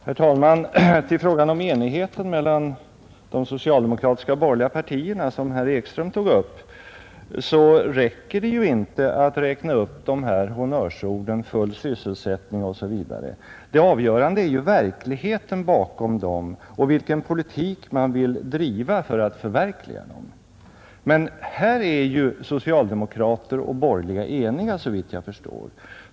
Herr talman! För att belysa frågan om den enighet mellan det socialdemokratiska partiet och de borgerliga partierna, som herr Ekström berörde, räcker det ju inte med att räkna upp de vanliga honnörsorden, full sysselsättning osv. Det avgörande är ju verkligheten bakom orden och vilken politik man vill driva för att förverkliga målen. Här är socialdemokrater och borgerliga eniga såvitt jag förstår.